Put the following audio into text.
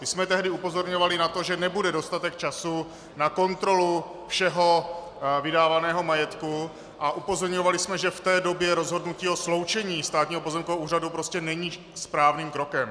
My jsme tehdy upozorňovali na to, že nebude dostatek času na kontrolu všeho vydávaného majetku, a upozorňovali jsme, že v té době rozhodnutí o sloučení Státního pozemkového úřadu prostě není správným krokem.